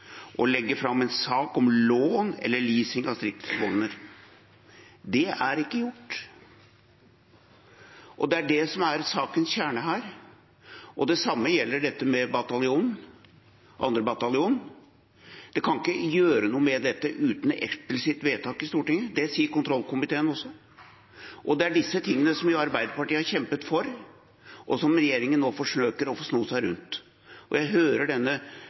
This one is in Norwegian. eller leasing av stridsvogner. Det er ikke gjort, og det er det som er sakens kjerne her. Det samme gjelder 2. bataljon. Man kan ikke gjøre noe med dette uten et eksplisitt vedtak i Stortinget. Det sier kontrollkomiteen også. Det er disse tingene Arbeiderpartiet har kjempet for, og som regjeringen nå forsøker å sno seg rundt. Jeg hører